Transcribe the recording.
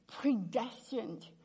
predestined